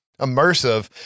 immersive